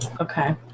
Okay